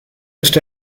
ist